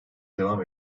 devam